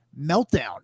meltdown